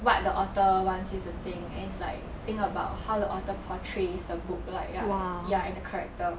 what the author wants you to think and it's like think about how the author portrays the book like ya ya and the character